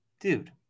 dude